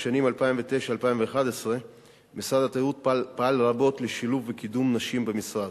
בשנים 2009 2011 משרד התיירות פעל רבות לשילוב וקידום נשים במשרד.